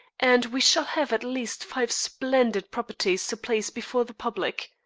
and we shall have at least five splendid properties to place before the public.